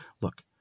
Look